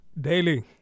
Daily